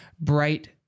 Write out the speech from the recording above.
bright